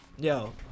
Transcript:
yo